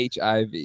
HIV